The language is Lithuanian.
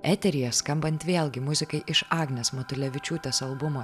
eteryje skambant vėlgi muzikai iš agnės matulevičiūtės albumo